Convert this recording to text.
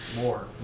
More